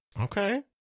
okay